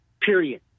period